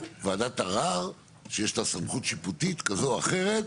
ועדת ערר שיש לה סמכות שיפוטית כזו או אחרת,